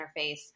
interface